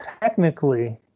technically